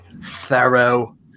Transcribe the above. Thorough